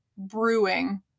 brewing